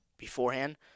beforehand